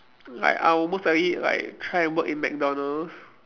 like I'll most likely like try to work in McDonald's